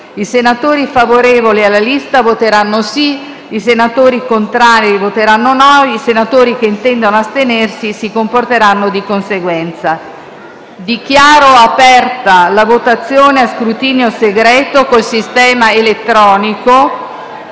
I senatori favorevoli alla lista proposta voteranno sì; i senatori contrari voteranno no; i senatori che intendono astenersi si comporteranno di conseguenza. Dichiaro aperta la votazione a scrutinio segreto mediante procedimento elettronico.